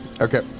Okay